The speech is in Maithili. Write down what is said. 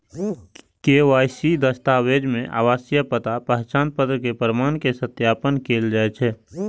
के.वाई.सी दस्तावेज मे आवासीय पता, पहचान पत्र के प्रमाण के सत्यापन कैल जाइ छै